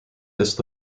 this